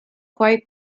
quite